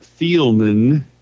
Thielman